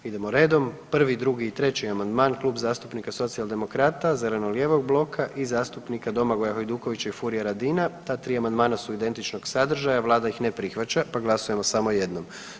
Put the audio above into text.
Idemo redom, 1., 2. i 3. amandman, Kluba zastupnika socijaldemokrata, zeleno-lijevog bloka i zastupnika Domagoja Hajdukovića i Furija Radina, ta 3 amandmana su identičnog sadržaja, Vlada ih ne prihvaća pa glasujemo samo jednom.